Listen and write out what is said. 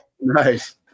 Nice